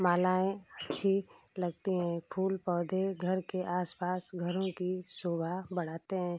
मालाएँ अच्छी लगती हैं फूल पौधे घर के आस पास घरों की शोभा बढ़ाते हैं